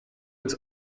its